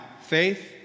faith